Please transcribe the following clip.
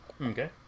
Okay